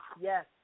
Yes